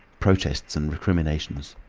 protests and recriminations.